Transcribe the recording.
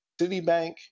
Citibank